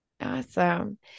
Awesome